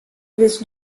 wist